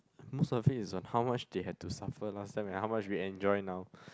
most of it is on how much they had to suffer last time and how much we enjoy now